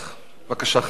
(פינוי פסולת בניין), התשע"ב